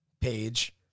page